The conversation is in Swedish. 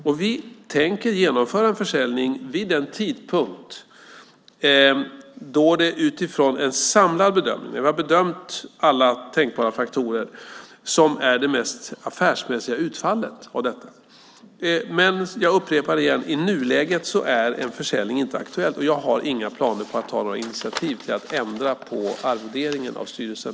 Och vi tänker genomföra en försäljning vid den tidpunkt då det utifrån en samlad bedömning, när vi har bedömt alla tänkbara faktorer, ger det mest affärsmässiga utfallet. Men jag upprepar: I nuläget är en försäljning inte aktuell, och jag har inga planer på att ta några initiativ till att ändra på arvoderingen av styrelsen.